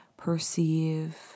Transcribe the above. Perceive